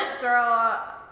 girl